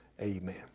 Amen